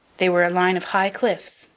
they were a line of high cliffs,